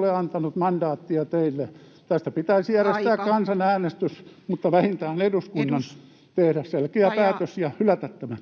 ole antanut mandaattia teille. Tästä pitäisi järjestää [Puhemies: Aika!] kansanäänestys, mutta vähintään eduskunnan tehdä selkeä päätös ja hylätä tämä.